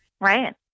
Right